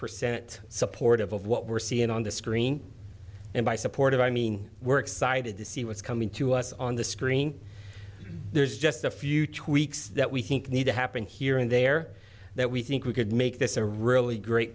percent supportive of what we're seeing on the screen and by supportive i mean we're excited to see what's coming to us on the screen there's just a few tweaks that we think need to happen here and there that we think we could make this a really great